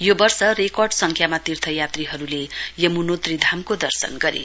यो वर्ष रेकर्ड संख्यामा तीर्थयात्रीहरुले यमुनौत्री धामको दर्शन गरे